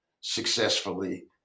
successfully